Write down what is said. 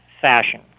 fashion